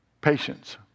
patience